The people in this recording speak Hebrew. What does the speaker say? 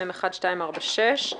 מ/1246.